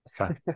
Okay